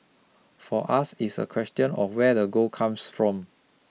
for us it's a question of where the gold comes from